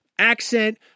Accent